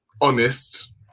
honest